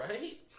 right